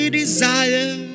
desire